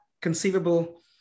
conceivable